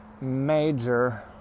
major